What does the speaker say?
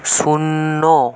শূন্য